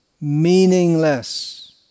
meaningless